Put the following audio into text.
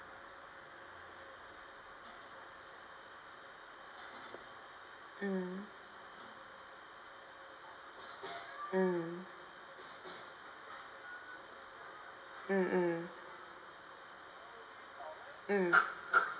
mm mm mm mm mm